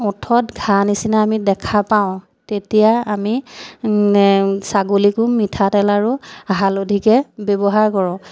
ওঠত ঘাঁ নিচিনা আমি দেখা পাওঁ তেতিয়া আমি ছাগলীকো মিঠাতেল আৰু হালধিকে ব্যৱহাৰ কৰোঁ